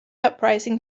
uprising